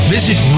Visit